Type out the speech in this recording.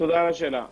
תודה על השאלה.